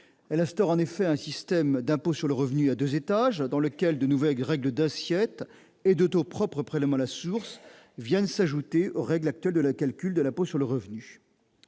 Elle instaure en effet un système d'impôt sur le revenu à deux étages, dans lequel de nouvelles règles d'assiette et de taux propres au prélèvement à la source viennent s'ajouter aux règles actuelles de calcul de l'impôt. De plus,